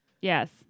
Yes